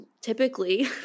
typically